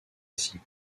assis